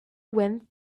went